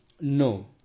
no